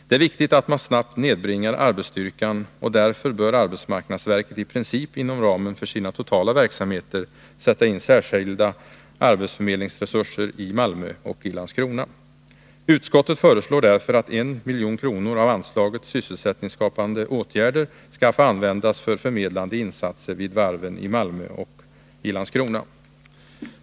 Det är viktigt att man snabbt nedbringar arbetsstyrkan, och därför bör arbetsmarknadsverket i princip inom ramen för sina totala verksamheter sätta in särskilda arbetsförmedlingsresurser i Malmö och i Landskrona. Utskottet föreslår därför att 1 milj.kr. av anslaget för sysselsättningsskapande åtgärder skall få användas för förmedlande insatser vid varven i Malmö och Landskrona.